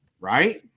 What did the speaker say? right